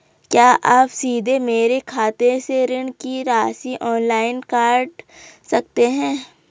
क्या आप सीधे मेरे खाते से ऋण की राशि ऑनलाइन काट सकते हैं?